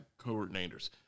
coordinators